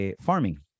farming